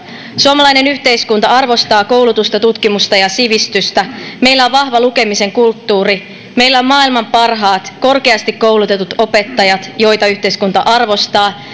suomalainen yhteiskunta arvostaa koulutusta tutkimusta ja sivistystä meillä on vahva lukemisen kulttuuri meillä on maailman parhaat korkeasti koulutetut opettajat joita yhteiskunta arvostaa